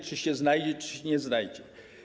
Czy się znajdzie, czy się nie znajdzie?